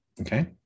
Okay